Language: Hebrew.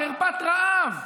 חרפת רעב,